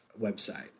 website